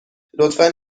لطفا